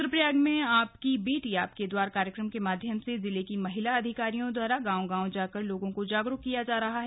रुद्रप्रयाग में आपकी बेटी आपके द्वार कार्यक्रम के माध्यम से जिले की महिला अधिकारियों द्वारा गांव गांव जाकर लोगों को जागरूक किया जा रहा है